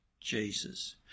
Jesus